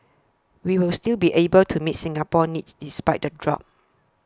we will still be able to meet Singapore's needs despite the drop